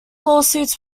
lawsuits